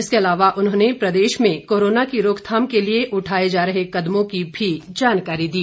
इसके अलावा उन्होंने प्रदेश में कोरोना की रोकथाम के लिए उठाए जा रहे कदामों की भी जानकारी दी